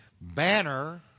Banner